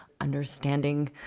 understanding